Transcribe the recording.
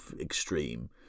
extreme